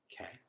Okay